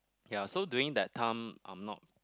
ya so during that time I'm not